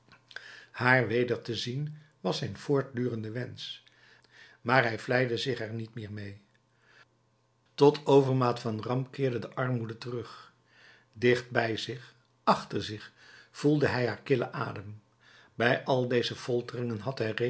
haar weder te zien was zijn voortdurende wensch maar hij vleide er zich niet meer mee tot overmaat van ramp keerde de armoede terug dicht bij zich achter zich voelde hij haar killen adem bij al deze folteringen had